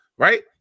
Right